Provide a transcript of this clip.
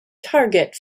target